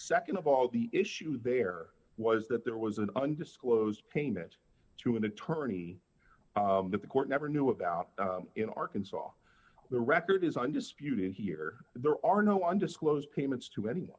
nd of all the issue there was that there was an undisclosed payment to an attorney that the court never knew about in arkansas the record is undisputed and here there are no undisclosed payments to any